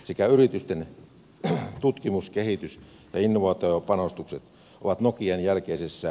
sekä yritysten tutkimus kehitys ja innovaatiopanostukset ovat nokian jälkeisessä